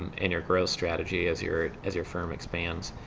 and your gross strategy as your as your firm expands.